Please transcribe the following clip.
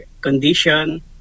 condition